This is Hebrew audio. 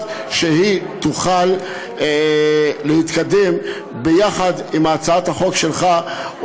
שהיא תוכל להתקדם ביחד עם הצעת החוק שלך,